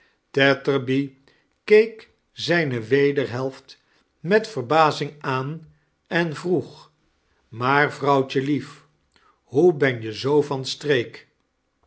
keek zijne wederhelft met verbazieg aan en vroeg maar vrouwtjelief hoe ben je zoo van streek